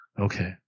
Okay